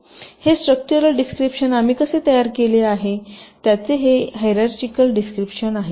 हे structural description आम्ही कसे तयार केले त्याचे हे हिराचीयल डिस्क्रिपशन आहे